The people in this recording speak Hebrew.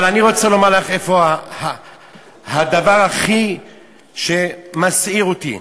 אבל אני רוצה לומר לך איפה הדבר שהכי מסעיר אותי.